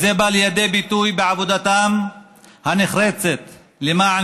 זה בא לידי ביטוי בעבודתם הנחרצת למען